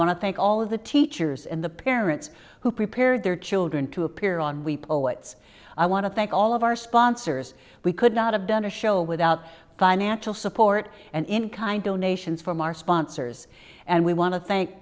to thank all of the teachers and the parents who prepared their children to appear on we poets i want to thank all of our sponsors we could not have done a show without financial support and in kind donations from our sponsors and we want to thank